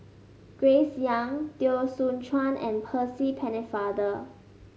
Grace Young Teo Soon Chuan and Percy Pennefather